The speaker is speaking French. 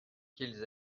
qu’ils